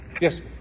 yes